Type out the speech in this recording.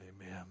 Amen